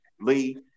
Lee